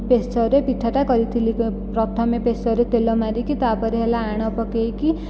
ପ୍ରେସରରେ ପିଠାଟା କରିଥିଲି ପ୍ରଥମେ ପେସରରେ ତେଲ ମାରିକି ତା' ପରେ ହେଲା ଆଣ ପକାଇକି